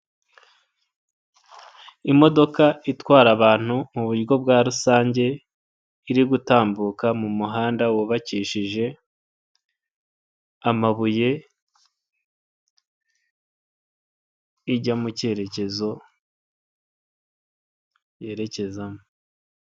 Imodoka itwara abantu mu buryo bwa rusange iri gutambuka mu muhanda wubakishije amabuye ijya mu cyerekezo yerekezamo.